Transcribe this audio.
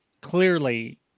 clearly